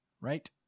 right